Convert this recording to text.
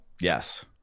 yes